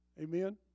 Amen